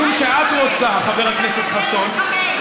משום שאת רוצה, חבר הכנסת חסון,